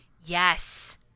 Yes